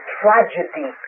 tragedy